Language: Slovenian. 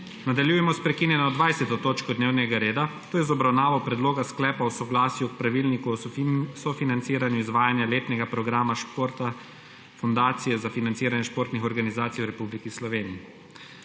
Nadaljujemo s prekinjeno 20. točko dnevnega reda, to je z obravnavo Predloga Sklepa o soglasju o Pravilniku o sofinanciranju izvajanja letnega programa športa Fundacije za financiranje športnih organizacij v Republiki Sloveniji.